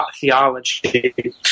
theology